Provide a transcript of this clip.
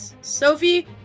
Sophie